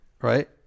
right